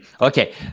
Okay